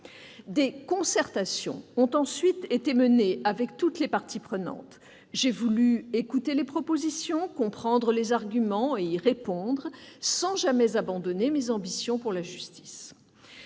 Des concertations ont ensuite été menées avec toutes les parties prenantes. J'ai voulu écouter les propositions, comprendre les arguments et y répondre, sans jamais abandonner mes ambitions pour la justice.